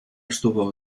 estuvo